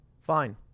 Fine